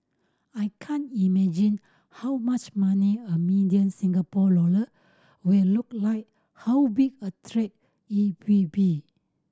I can't imagine how much money a million Singapore dollar will look like how big a it will be